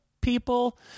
people